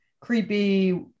creepy